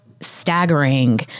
staggering